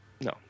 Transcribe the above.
No